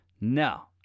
No